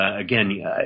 again